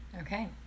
Okay